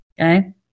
okay